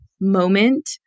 moment